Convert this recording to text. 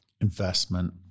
investment